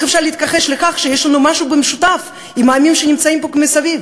איך אפשר להתכחש לכך שיש לנו משהו משותף עם העמים שנמצאים פה מסביב?